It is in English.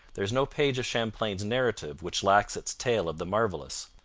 there is no page of champlain's narrative which lacks its tale of the marvellous.